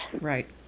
Right